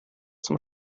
zum